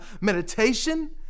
meditation